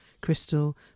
crystal